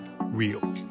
real